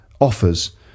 offers